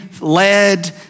led